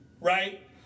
right